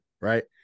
right